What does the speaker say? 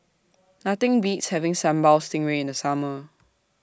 Nothing Beats having Sambal Stingray in The Summer